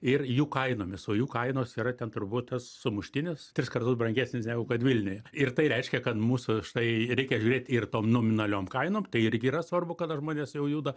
ir jų kainomis o jų kainos yra ten turbūt tas sumuštinis tris kartus brangesnis negu kad vilniuje ir tai reiškia kad mūsų štai reikia žiūrėt ir tom nominaliom kainom tai irgi yra svarbu kada žmonės jau juda